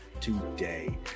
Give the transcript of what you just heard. today